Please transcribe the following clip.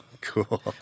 Cool